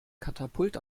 katapult